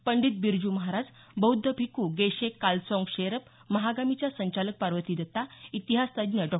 पंडित बिरजू महाराज बौध्द भिक्खू गेशे कालसाँग शेरब महागामीच्या संचालक पार्वती दत्ता इतिहासतज्ज्ञ डॉ